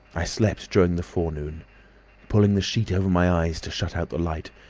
i slept during the forenoon, pulling the sheet over my eyes to shut out the light,